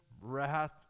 wrath